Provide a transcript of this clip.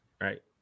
right